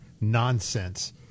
nonsense